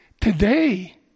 Today